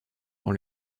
dans